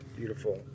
beautiful